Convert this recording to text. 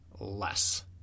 less